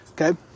okay